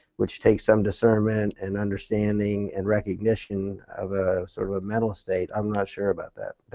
which takes some discernment and understanding and recognition of a sort of ah mental state. i'm not sure about that.